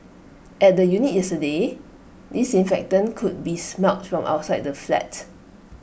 at the unit yesterday disinfectant could be smelt from outside the flat